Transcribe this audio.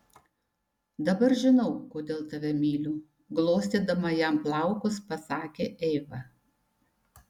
dabar žinau kodėl tave myliu glostydama jam plaukus pasakė eiva